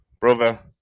brother